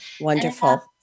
Wonderful